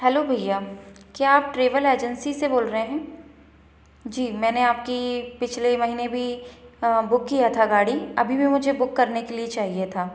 hello भैया क्या आप ट्रैवल एजेंसी से बोल रहे हैं जी मैंने आपकी पिछले महीने भी बुक किया था गाड़ी अभी भी मुझे बुक करने के लिए चाहिए था